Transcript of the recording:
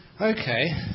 Okay